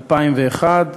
2001,